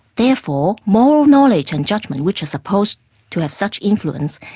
therefore moral knowledge and judgment which is supposed to have such influence,